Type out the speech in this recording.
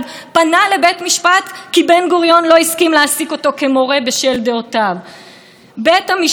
בית המשפט העליון נמצא פה על מנת להגן על הדמוקרטיה ועל זכויות המיעוט,